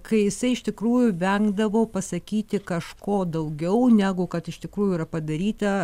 kai jisai iš tikrųjų vengdavo pasakyti kažko daugiau negu kad iš tikrųjų yra padaryta